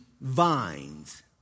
vines